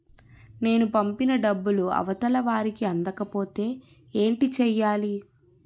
నేను పంపిన డబ్బులు అవతల వారికి అందకపోతే ఏంటి చెయ్యాలి?